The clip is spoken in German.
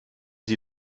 sie